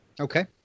Okay